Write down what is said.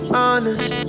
honest